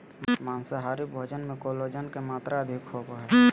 माँसाहारी भोजन मे कोलेजन के मात्र अधिक होवो हय